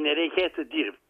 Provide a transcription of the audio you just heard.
nereikėtų dirbt